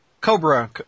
Cobra